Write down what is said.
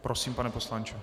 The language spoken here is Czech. Prosím, pane poslanče.